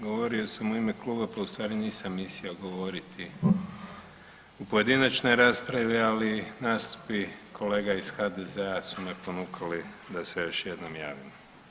Govorio sam u ime kluba pa ustvari nisam mislio govoriti u pojedinačnoj raspravi, ali nastupi kolega iz HDZ-a su me ponukali da se ja još jednom javim.